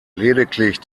lediglich